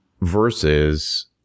versus